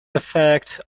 effect